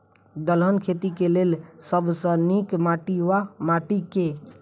दलहन खेती केँ लेल सब सऽ नीक माटि वा माटि केँ?